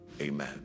Amen